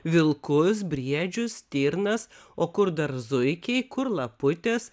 vilkus briedžius stirnas o kur dar zuikiai kur laputės